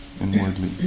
inwardly